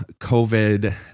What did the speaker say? COVID